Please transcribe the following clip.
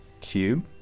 Cube